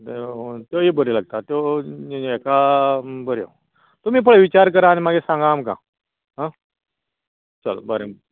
त्योय बऱ्यो लागतात त्यो हेका बऱ्यो तुमी पय विचार करा आनी मागीर सांगा आमकां आं चल बरें